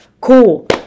cool